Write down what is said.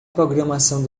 programação